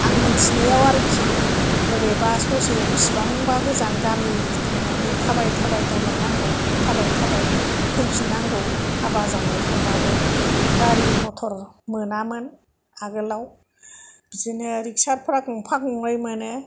आं मोनथिनायाव आरोखि बबेबा ससे बिसिबांबा गोजान गामि थांनानै थाबायै थाबायै दोनलां नांगौ थाबायै थाबायै फैफिननांगौ हाबा जानो थांबाबो गारि मथर मोनामोन आगोलाव बिदिनो रिखसा फ्रा गंफा गंनै मोनो